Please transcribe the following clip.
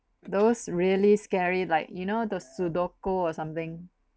those really scary like you know the sudoku or something